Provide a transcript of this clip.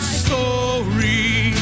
story